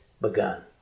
begun